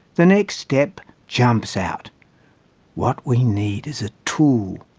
the next step jumps out what we need is a tool,